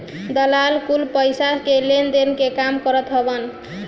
दलाल कुल पईसा के लेनदेन के काम करत हवन